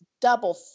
double